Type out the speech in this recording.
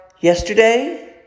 yesterday